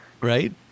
Right